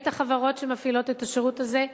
את החברות שמפעילות את השירות הזה,